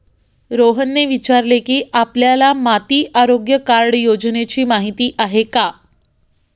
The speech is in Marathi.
रोहनने विचारले की, आपल्याला माती आरोग्य कार्ड योजनेची माहिती आहे का?